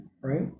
right